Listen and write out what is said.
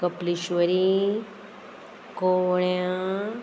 Kapleshwari कोवण्यां